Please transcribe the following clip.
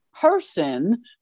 person